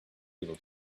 able